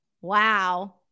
Wow